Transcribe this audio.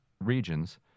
regions